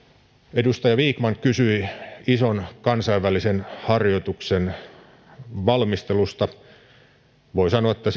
edustaja vikman kysyi ison kansainvälisen harjoituksen valmistelusta voi sanoa että